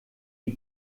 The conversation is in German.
die